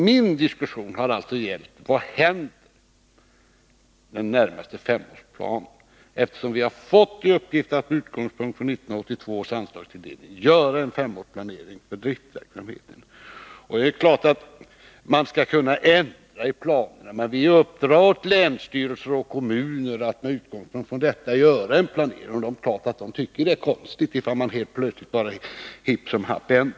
Min diskussion har alltså gällt frågan: Vad händer de närmaste fem åren? Vi har fått i uppgift att med utgångspunkt i 1982 års anslagstilldelning göra en femårsplanering för driftverksamheten. Man skall kunna ändra i planen, sägs det. Men vi uppdrar åt länsstyrelser och kommuner att med utgångspunkt i denna plan göra en planering. Det är klart att de tycker att det är konstigt om man helt plötsligt ändrar i planen.